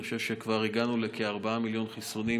אני חושב שכבר הגענו לכ-4 מיליון חיסונים